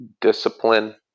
discipline